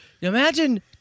imagine